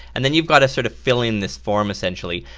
and then you've got to sort of fill in this form. essentially,